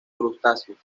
crustáceos